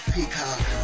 Peacock